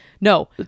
No